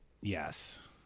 yes